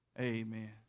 Amen